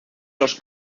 los